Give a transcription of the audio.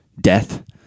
Death